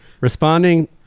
Responding